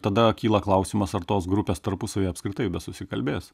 tada kyla klausimas ar tos grupės tarpusavyje apskritai besusikalbės